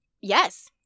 Yes